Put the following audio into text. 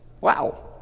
Wow